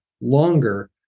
longer